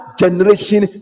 generation